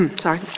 Sorry